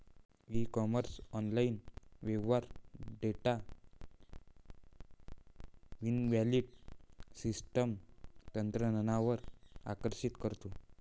E commerce online व्यवहार data inventory system तंत्रज्ञानावर आकर्षित करतो